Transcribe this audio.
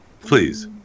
Please